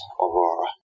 Aurora